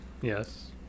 Yes